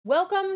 Welcome